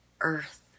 earth